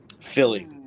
Philly